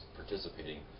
participating